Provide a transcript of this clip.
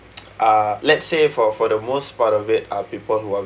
uh let's say for for the most part of it are people who are